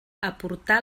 aportar